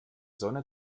sonne